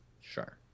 Sure